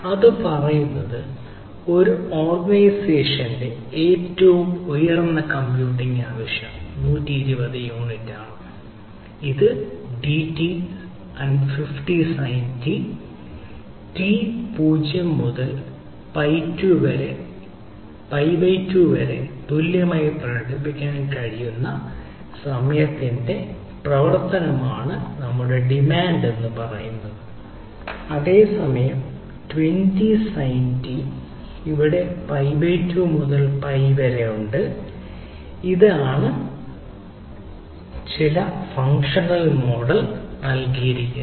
അത് പറയുന്നത് ഒരു ഓർഗനൈസേഷന്റെ ഏറ്റവും ഉയർന്ന കമ്പ്യൂട്ടിംഗ് ആവശ്യം 120 യൂണിറ്റാണ് നൽകിയിരിക്കുന്നത്